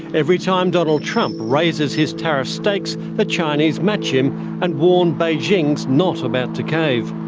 every time donald trump raises his tariff stakes, the chinese match him and warned beijing is not about to cave.